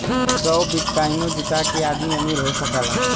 सौ बिट्काइनो जुटा के आदमी अमीर हो सकला